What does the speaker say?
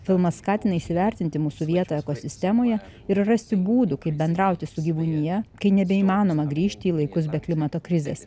filmas skatina įsivertinti mūsų vietą ekosistemoje ir rasti būdų kaip bendrauti su gyvūnija kai nebeįmanoma grįžti į laikus be klimato krizės